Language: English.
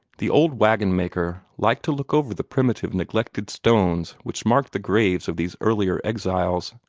the old wagon-maker liked to look over the primitive, neglected stones which marked the graves of these earlier exiles.